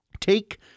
Take